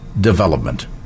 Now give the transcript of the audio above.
development